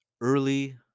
early